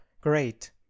great